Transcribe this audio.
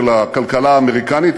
של הכלכלה האמריקנית,